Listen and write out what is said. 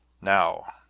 now,